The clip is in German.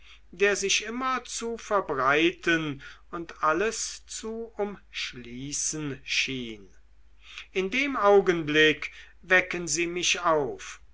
der sich immer zu verbreiten und alles zu umschließen schien in dem augenblick wecken sie mich auf